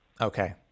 Okay